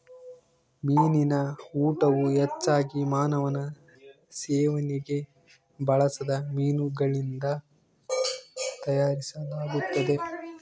ಮೀನಿನ ಊಟವು ಹೆಚ್ಚಾಗಿ ಮಾನವನ ಸೇವನೆಗೆ ಬಳಸದ ಮೀನುಗಳಿಂದ ತಯಾರಿಸಲಾಗುತ್ತದೆ